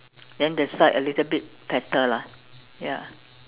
then the side a little bit tattered lah ya